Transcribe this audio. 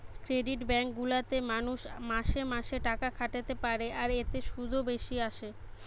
credit bank গুলা তে মানুষ মাসে মাসে টাকা খাটাতে পারে আর এতে শুধও বেশি আসে